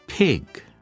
Pig